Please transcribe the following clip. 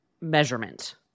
measurement